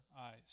eyes